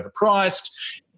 overpriced